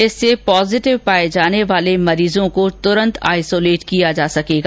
इससे पॉजेटिव पाये जाने वाले मरीजों को तुरंत आइसोलेट किया जा सकेगा